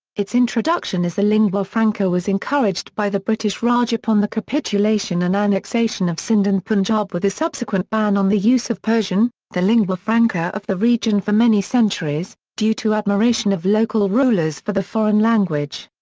its introduction as the lingua franca was encouraged by the british raj upon the capitulation and annexation of sindh and punjab with the subsequent ban on the use of persian, the lingua franca of the region for many centuries, due to admiration of local rulers for the foreign language.